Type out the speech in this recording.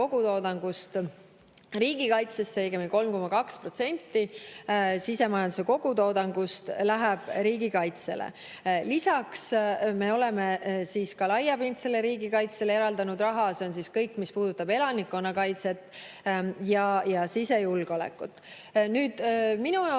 kogutoodangust riigikaitsesse, õigemini 3,2% sisemajanduse kogutoodangust läheb riigikaitsele. Lisaks me oleme laiapindsele riigikaitsele eraldanud raha, see on kõik, mis puudutab elanikkonnakaitset ja sisejulgeolekut. Nüüd, minu